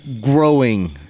growing